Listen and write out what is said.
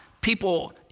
people